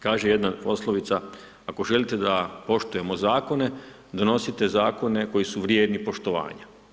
Kaže jedna poslovica – ako želite da poštujemo zakone, donosite zakone koji su vrijedni poštovana.